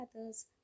others